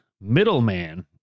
middleman